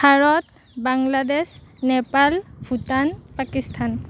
Bharat Bangladesh Nepal Bhutan Pakistan